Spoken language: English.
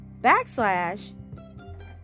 backslash